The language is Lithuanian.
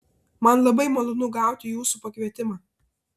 man labai malonu gauti jūsų pakvietimą